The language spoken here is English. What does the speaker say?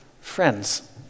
friends